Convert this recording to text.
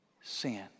sin